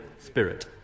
spirit